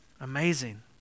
amazing